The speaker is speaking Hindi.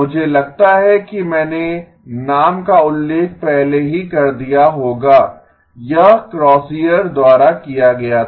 मुझे लगता है कि मैंने नाम का उल्लेख पहले ही कर दिया होगा यह क्रोसियर द्वारा किया गया था